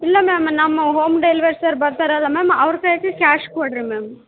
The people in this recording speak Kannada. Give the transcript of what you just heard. ಇಲ್ಲ ಮ್ಯಾಮ್ ನಮ್ಮ ಹೋಮ್ ಡೆಲ್ವರ್ ಸರ್ ಬರ್ತಾರಲ್ವ ಮ್ಯಾಮ್ ಅವ್ರ ಕೈಗೆ ಕ್ಯಾಶ್ ಕೊಡಿರಿ ಮ್ಯಾಮ್